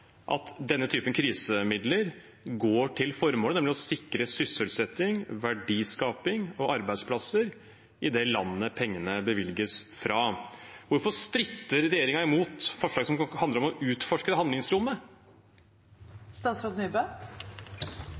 at denne typen krisemidler går til formålet, nemlig å sikre sysselsetting, verdiskaping og arbeidsplasser i det landet pengene bevilges fra. Hvorfor stritter regjeringen imot forslag som handler om å utforske det handlingsrommet?